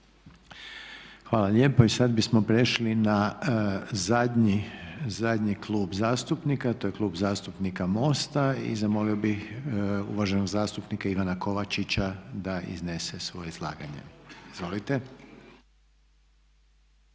Hvala lijepa. I sad bismo prešli na zadnji klub zastupnika, a to je Klub zastupnika MOST-a i zamolio bih uvaženog zastupnika Ivana Kovačića da iznese svoje izlaganje. Izvolite.